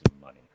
money